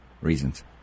reasons